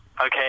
Okay